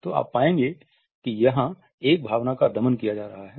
तो आप पाएंगे कि यहाँ एक भावना का दमन किया जा रहा है